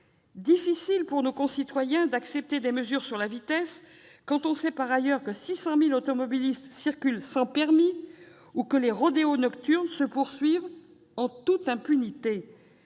difficile, pour nos concitoyens, d'accepter des mesures de limitation de vitesse quand ils savent, par ailleurs, que 600 000 automobilistes circulent sans permis ou que les rodéos nocturnes se poursuivent en toute impunité.